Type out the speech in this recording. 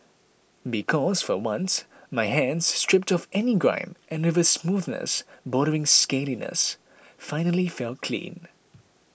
because for once my hands stripped of any grime and with a smoothness bordering scaliness finally felt clean